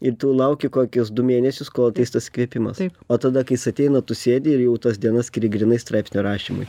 ir tu lauki kokius du mėnesius kol ateis tas įkvėpimas o tada kai jis ateina tu sėdi ir jau tas dienas skiri grynai straipsnio rašymui